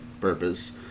purpose